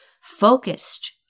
focused